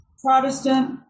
Protestant